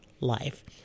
life